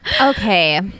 Okay